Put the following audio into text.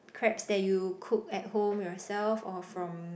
crabs that you cook at home yourself or from